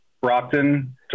Brockton